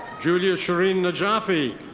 julia shirin najafi.